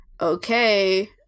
okay